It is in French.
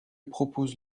propose